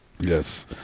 Yes